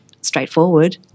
straightforward